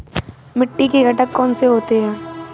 मिट्टी के घटक कौन से होते हैं?